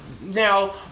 now